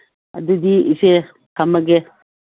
ꯑꯗꯨꯗꯤ ꯏꯆꯦ ꯊꯝꯃꯒꯦ